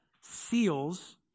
seals